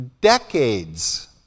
decades